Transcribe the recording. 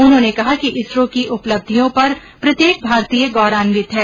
उन्होंने कहा कि इसरो की उपलब्धियों पर प्रत्येक भारतीय गौरवान्वित है